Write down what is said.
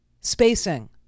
spacing